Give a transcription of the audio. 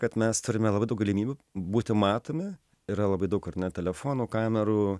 kad mes turime labai daug galimybių būti matomi yra labai daug ar ne telefonų kamerų